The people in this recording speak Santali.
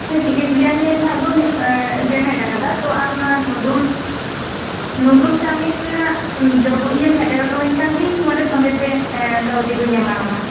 ᱦᱮᱸ ᱪᱤᱠᱮᱱ ᱵᱤᱨᱭᱟᱱᱤ ᱨᱮᱱᱟᱜ ᱫᱩᱧ ᱯᱮᱢᱮᱱᱴ ᱟᱠᱟᱫᱟ ᱛᱚ ᱟᱢ ᱱᱚᱣᱟ ᱱᱩᱰᱩᱞᱥ ᱱᱩᱰᱩᱞᱥ ᱪᱟᱣᱢᱤᱱ ᱨᱮᱱᱟᱜ ᱡᱚ ᱤᱭᱟᱹᱢ ᱥᱮᱴᱮᱨ ᱦᱚᱴᱚ ᱣᱟᱹᱧ ᱠᱷᱟᱱ ᱜᱮ ᱤᱧ ᱱᱚᱸᱰᱮ ᱥᱚᱝᱜᱮ ᱛᱮ ᱠᱟᱹᱣᱰᱤ ᱫᱚᱧ ᱮᱢᱟ ᱟᱢᱟ